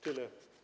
Tyle.